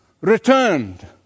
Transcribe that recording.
returned